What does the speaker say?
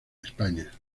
españa